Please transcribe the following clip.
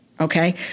okay